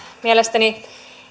mielestäni